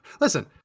Listen